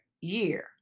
year